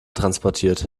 transportiert